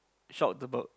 shocked about